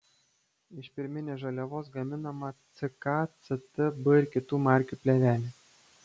iš pirminės žaliavos gaminama ck ct b ir kitų markių plėvelė